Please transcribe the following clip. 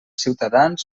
ciutadans